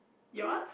yours